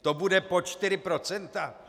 To bude pod čtyři procenta?